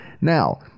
Now